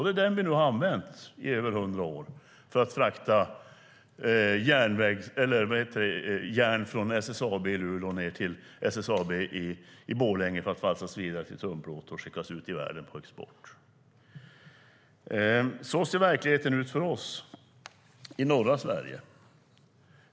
Det är den vi nu har använt i över 100 år för att frakta järn från SSAB i Luleå ned till SSAB i Borlänge, där det valsas vidare till tunnplåt och skickas ut i världen på export. Så ser verkligheten ut för oss i norra Sverige.